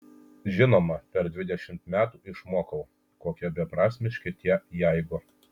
žinoma per dvidešimt metų išmokau kokie beprasmiški tie jeigu